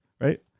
right